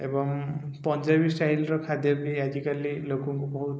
ଏବଂ ପଞ୍ଜାବୀ ଷ୍ଟାଇଲ୍ର ଖାଦ୍ୟ ବି ଆଜିକାଲି ଲୋକଙ୍କୁ ବହୁତ